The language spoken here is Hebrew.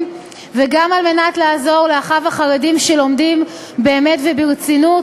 וגם על מנת לעזור לאחיו החרדים שלומדים באמת וברצינות